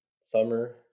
summer